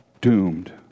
doomed